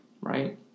Right